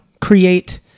create